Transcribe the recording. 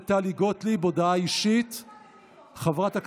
263), התשפ"ג 2023,